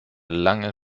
lange